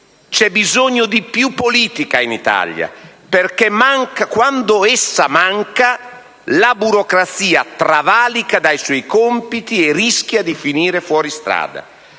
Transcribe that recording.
C'è bisogno di più politica in Italia perché, quando essa manca, la burocrazia travalica i suoi compiti e rischia di finire fuori strada.